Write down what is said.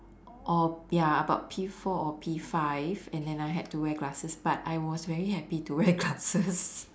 or ya about P four or P five and then I had to wear glasses but I was very happy to wear glasses